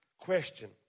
Question